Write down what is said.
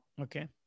Okay